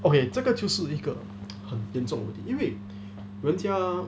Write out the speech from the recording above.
okay 这个就是一个很严重因为人家